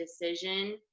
decision